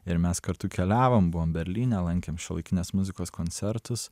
ir mes kartu keliavom buvom berlyne lankėm šiuolaikinės muzikos koncertus